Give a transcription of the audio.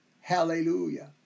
Hallelujah